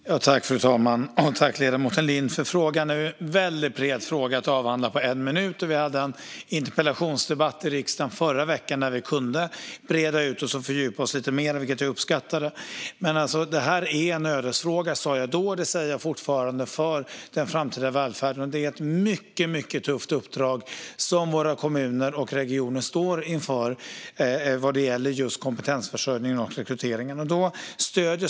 Fru talman! Tack för frågan, ledamoten Lindh! Detta är en väldigt bred fråga att avhandla på en minut. Vi hade en interpellationsdebatt i riksdagen om detta i förra veckan, då vi kunde breda ut och fördjupa oss lite mer i ämnet, vilket jag uppskattade. Jag sa då att det här är en ödesfråga för den framtida välfärden, och det säger jag fortfarande. Det är ett mycket tufft uppdrag som våra kommuner och regioner står inför vad gäller kompetensförsörjningen och rekryteringen.